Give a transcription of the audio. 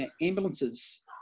ambulances